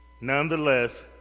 Nonetheless